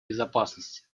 безопасности